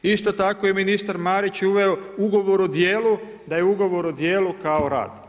Isto tako je ministar Marić uveo ugovor o dijelu, da je ugovor o dijelu, kao rad.